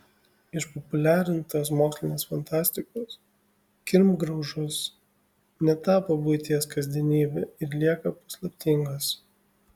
išpopuliarintos mokslinės fantastikos kirmgraužos netapo buities kasdienybe ir lieka paslaptingos